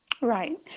Right